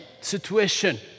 situation